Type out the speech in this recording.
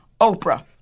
Oprah